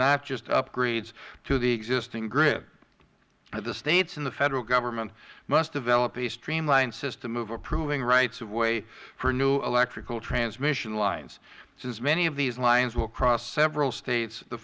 not just upgrades to the existing grid the states and the federal government must develop a streamlined system of approving rights of way for new electrical transmission lines since many of these lines will cross several states the